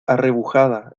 arrebujada